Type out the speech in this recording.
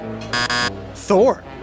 Thor